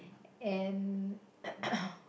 and